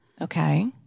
Okay